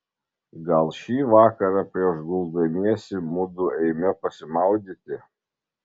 gal šį vakarą prieš guldamiesi mudu eime pasimaudyti